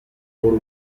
loro